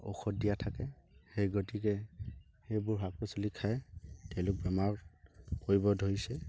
ঔষধ দিয়া থাকে সেই গতিকে সেইবোৰ শাক পাচলি খাই তেওঁলোক বেমাৰত পৰিব ধৰিছে